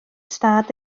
stad